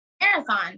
marathon